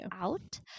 out